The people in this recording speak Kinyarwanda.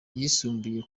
yisumbuye